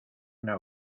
una